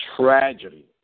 tragedy